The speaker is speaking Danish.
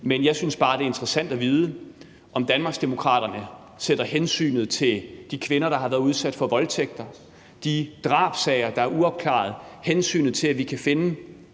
Men jeg synes bare, det er interessant at vide, om Danmarksdemokraterne sætter hensynet til de kvinder, der har været udsat for voldtægter, og hensynet til, at vi kan finde